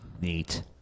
Neat